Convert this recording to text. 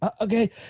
okay